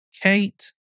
Kate